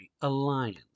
alliance